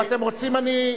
אם אתם רוצים, אני,